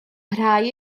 parhau